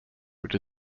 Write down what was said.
which